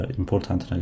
important